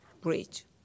bridge